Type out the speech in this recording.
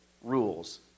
rules